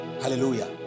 hallelujah